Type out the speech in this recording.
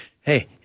hey